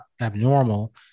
abnormal